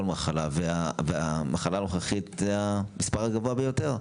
מחלה ובמחלה הנוכחית זה המספר הגבוה ביותר.